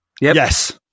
Yes